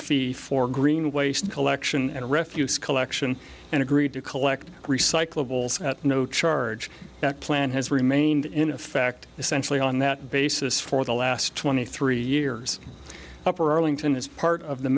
fee for green waste collection and refuse collection and agreed to collect recyclables at no charge that plan has remained in effect essentially on that basis for the last twenty three years upper arlington is part of the